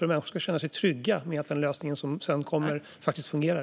Människor ska känna sig trygga med att den lösning som sedan tas fram faktiskt fungerar.